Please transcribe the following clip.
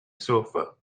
sofa